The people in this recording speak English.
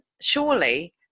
surely